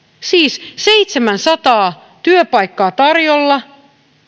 siis seitsemänsataa työpaikkaa tarjolla